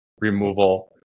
removal